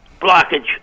blockage